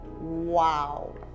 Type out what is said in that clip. Wow